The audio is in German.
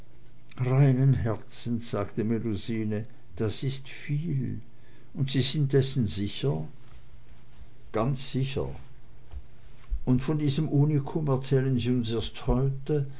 reinen herzens sagte melusine das ist viel und sie sind dessen sicher ganz sicher und von diesem